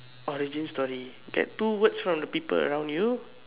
origin story get two words from the people around you